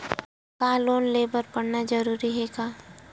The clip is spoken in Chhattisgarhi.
का लोन ले बर पढ़ना जरूरी हे का?